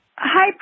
Hi